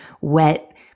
wet